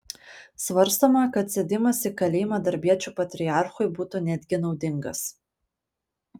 svarstoma kad sėdimas į kalėjimą darbiečių patriarchui būtų netgi naudingas